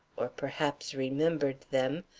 or, perhaps, remembered them,